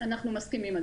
אנחנו מסכימים.